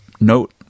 note